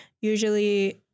usually